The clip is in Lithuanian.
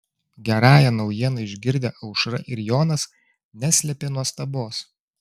gerąją naujieną išgirdę aušra ir jonas neslėpė nuostabos